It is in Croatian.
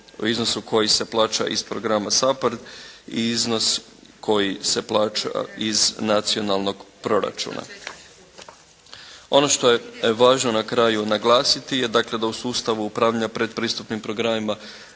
iznosu koji se plaća iz programa SAPHARD i iznos koji se plaća iz nacionalnog proračuna. Ono što je važno na kraju naglasiti je dakle da u sustavu upravljanja pretpristupnim programima